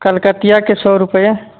कलकतिआके सए रूपैआ